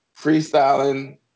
freestyling